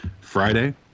Friday